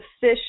fish